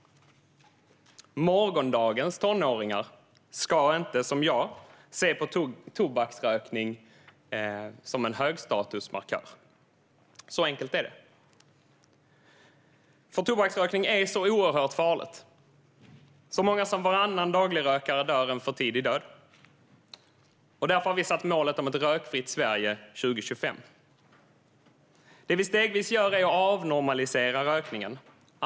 Morgondagens tonåringar ska inte, som jag, se på tobaksrökning som en högstatusmarkör. Så enkelt är det, för tobaksrökning är så oerhört farligt. Så många som varannan dagligrökare dör en för tidig död. Därför har vi satt målet om ett rökfritt Sverige 2025. Det vi stegvis gör är att avnormalisera rökningen.